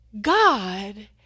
God